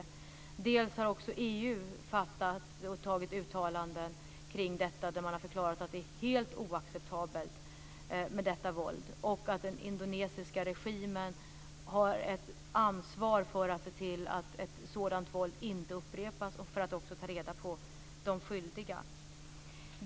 Också EU har fattat beslut om och gjort uttalanden kring detta där man har förklarat att detta våld är helt oacceptabelt och att den indonesiska regimen har ett ansvar för att se till att ett sådant våld inte upprepas och också för att ta reda på de skyldiga.